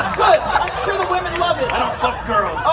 good! i'm sure the women love it. i don't fuck girls.